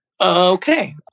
Okay